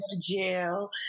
jail